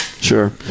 Sure